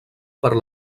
per